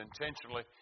intentionally